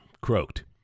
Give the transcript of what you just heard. croaked